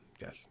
Yes